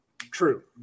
True